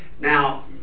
Now